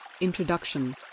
introduction